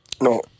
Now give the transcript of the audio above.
No